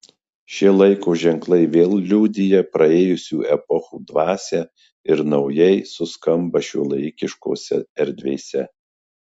šie laiko ženklai vėl liudija praėjusių epochų dvasią ir naujai suskamba šiuolaikiškose erdvėse